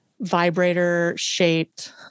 vibrator-shaped